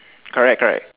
correct correct